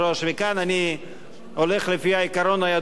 וכאן אני הולך לפי העיקרון הידוע,